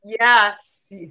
Yes